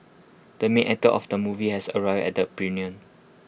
the main actor of the movie has arrived at the premiere